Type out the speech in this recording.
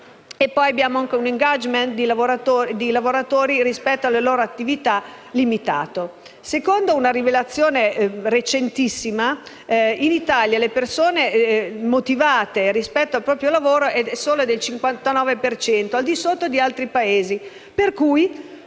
media europea, un *engagement* di lavoratori, rispetto alle loro attività, limitato. Secondo una rivelazione recentissima, in Italia le persone motivate rispetto al proprio lavoro sono solo il 59 per cento, al di sotto di altri Paesi,